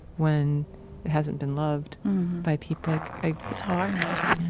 when it hasn't been loved by people like it's hard, nigel.